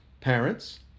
parents